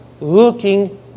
Looking